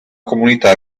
comunità